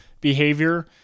Behavior